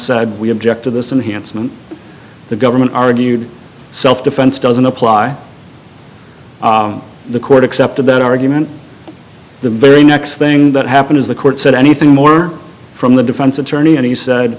said we object to this and handsome the government argued self defense doesn't apply the court accepted that argument the very next thing that happened is the court said anything more from the defense attorney and he